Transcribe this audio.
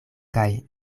kaj